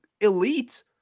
elite